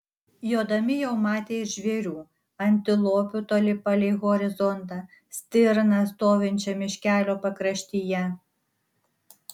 jodami jau matė ir žvėrių antilopių toli palei horizontą stirną stovinčią miškelio pakraštyje